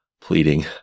pleading